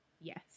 Yes